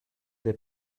dai